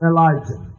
Elijah